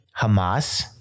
Hamas